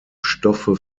stoffe